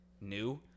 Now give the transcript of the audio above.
new